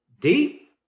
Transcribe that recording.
deep